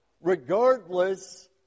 regardless